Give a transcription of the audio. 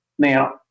Now